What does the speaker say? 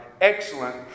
excellent